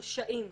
מורשעים...